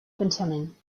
pensament